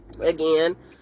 Again